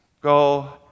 go